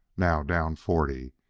now down forty,